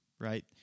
Right